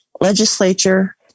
legislature